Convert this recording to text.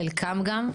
חלקם גם,